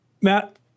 Matt